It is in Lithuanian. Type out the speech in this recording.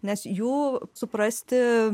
nes jų suprasti